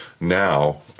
now